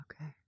okay